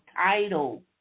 title